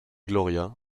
gloria